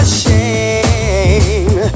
shame